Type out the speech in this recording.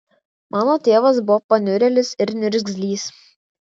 mano tėvas buvo paniurėlis ir niurgzlys